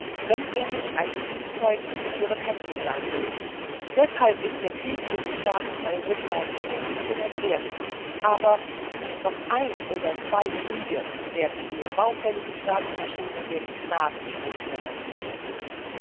wenn er nicht ein spielzeug in ihren händen sein will deshalb ist der krieg für die staaten europas stets unentbehrlich aber noch ein oder zwei kriege werden der baufälligen staatsmaschine den gnadenstoß versetzen